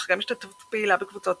אך גם השתתפות פעילה בקבוצות